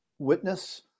witness